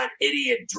idiot